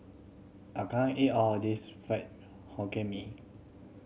I can't eat all of this Fried Hokkien Mee